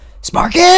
Sparky